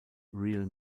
real